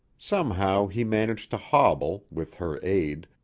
somehow he managed to hobble, with her aid,